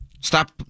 stop